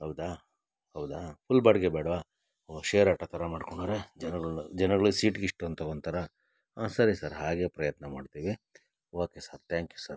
ಹೌದಾ ಹೌದಾ ಫುಲ್ ಬಾಡಿಗೆ ಬೇಡವಾ ಒಹ್ ಶೇರ್ ಆಟೋ ಥರ ಮಾಡ್ಕೊಂಡೋದ್ರೆ ಜನಗಳು ಜನಗುಳ್ಗೆ ಸೀಟ್ಗಿಷ್ಟು ಅಂತ ತಗೋತಾರಾ ಸರಿ ಸರ್ ಹಾಗೆ ಪ್ರಯತ್ನ ಮಾಡ್ತೀವಿ okay sir thank you sir